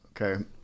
okay